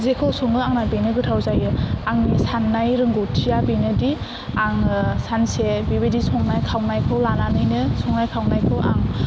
जेखौ सङो आंना बेनो गोथाव जायो आंनि साननाय रोंगथिया बेनोदि आङो सानसे बेबायदि संनाय खावनायखौ लानानैनो संनाय खावनायखौ आं